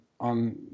on